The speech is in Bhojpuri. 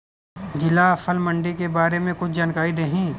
जिला फल मंडी के बारे में कुछ जानकारी देहीं?